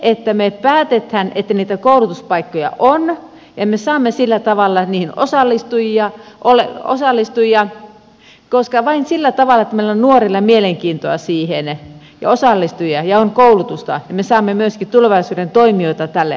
kun me päätämme että niitä koulutuspaikkoja on niin me saamme sillä tavalla niihin osallistujia koska vain sillä tavalla että meillä on nuorilla mielenkiintoa siihen ja on osallistujia ja on koulutusta me saamme myöskin tulevaisuuden toimijoita tälle alalle